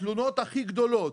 התלונות הכי גדולות: